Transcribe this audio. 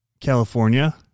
California